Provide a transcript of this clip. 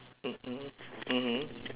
mmhmm mmhmm